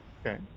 okay